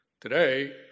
Today